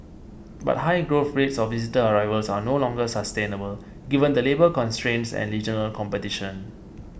but high growth rates of visitor arrivals are no longer sustainable given the labour constraints and regional competition